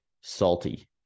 salty